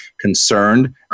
concerned